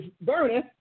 burning